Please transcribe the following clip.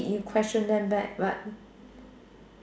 you question them back but